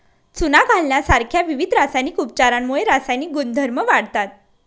चुना घालण्यासारख्या विविध रासायनिक उपचारांमुळे रासायनिक गुणधर्म वाढतात